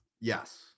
Yes